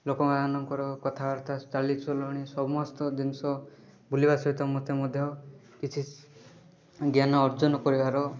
ଲୋକମାନଙ୍କର କଥାବାର୍ତ୍ତା ଚାଲିଚଳଣି ସମସ୍ତ ଜିନିଷ ବୁଲିବା ସହିତ ମୋତେ ମଧ୍ୟ କିଛି ଜ୍ଞାନ ଅର୍ଜନ କରିବାର